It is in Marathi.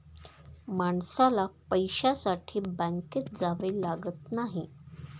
माणसाला पैशासाठी बँकेत जावे लागत नाही